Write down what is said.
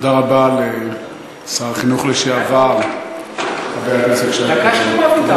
תודה רבה לשר החינוך לשעבר חבר הכנסת שי פירון.